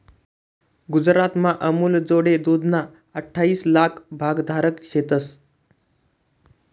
गुजरातमा अमूलजोडे दूधना अठ्ठाईस लाक भागधारक शेतंस